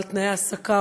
או על תנאי העסקה,